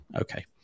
Okay